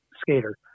skater